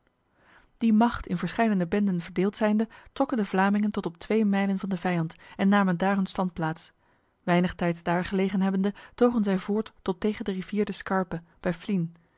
die macht in verscheidene benden verdeeld zijnde trokken de vlamingen tot op twee mijlen van de vijand en namen daar hun standplaats weinig tijds daar gelegen hebbende togen zij voort tot tegen de rivier de scarpe bij